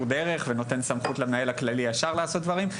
דרך ונותן סמכות למנהל הכללי ישר לעשות דברים.